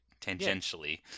Tangentially